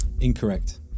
Incorrect